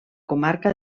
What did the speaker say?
comarca